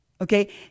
Okay